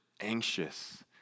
anxious